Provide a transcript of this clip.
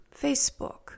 Facebook